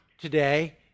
today